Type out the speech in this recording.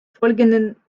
folgenden